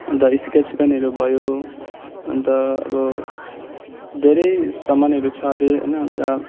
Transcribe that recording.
अन्त स्केच पेनहरू भयो अन्त अब धेरै सामानहरू छ अझै होइन अन्त